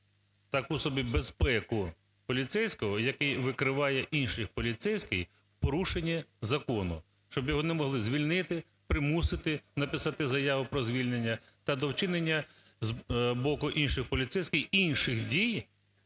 таку собі безпеку поліцейського, який викриває інших поліцейських в порушенні закону. Щоб його не могли звільнити, примусити написати заяву про звільнення та до вчинення з боку інших поліцейських, інших дій,